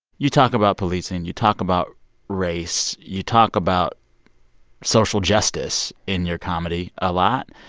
you talk about policing. you talk about race. you talk about social justice in your comedy a lot.